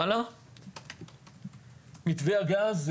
מתווה הגז,